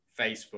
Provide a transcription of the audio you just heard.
Facebook